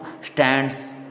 stands